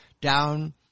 down